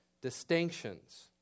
distinctions